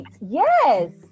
yes